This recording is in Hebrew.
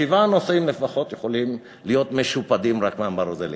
שבעה נוסעים לפחות יכולים להיות משופדים רק מהברזלים.